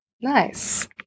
nice